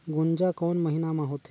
गुनजा कोन महीना होथे?